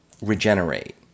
regenerate